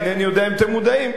אינני יודע אם אתם מודעים,